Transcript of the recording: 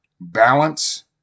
balance